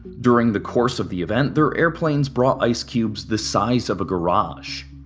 during the course of the event, their airplanes brought ice cubes the size of a garaze.